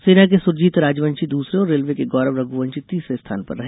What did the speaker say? सेना के सुरजीत राजवंशी दूसरे और रेलवे के गौरव रघ्वंशी तीसरे स्थान पर रहे